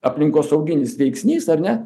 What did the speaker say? aplinkosauginis veiksnys ar ne